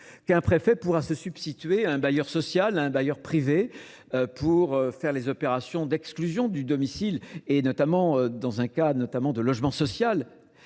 Qu'un préfet pourra se substituer à un bailleur social, à un bailleur privé pour faire les opérations d'exclusion du domicile et notamment dans un cas notamment de logement social.